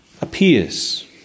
appears